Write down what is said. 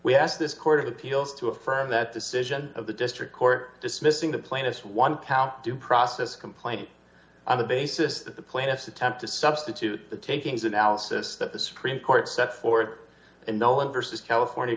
asked this court of appeals to affirm that decision of the district court dismissing the plaintiff's one count due process complaint on the basis that the plaintiffs attempt to substitute the takings analysis that the supreme court set forward and no one versus california